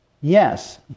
Yes